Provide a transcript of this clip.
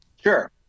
sure